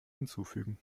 hinzufügen